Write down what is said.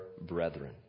brethren